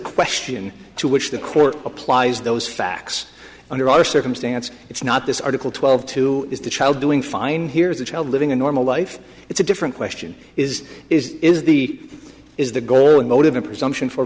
question to which the court applies those facts under our circumstances it's not this article twelve two is the child doing fine here is the child living a normal life it's a different question is is is the is the goal and motive a presumption for